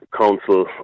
council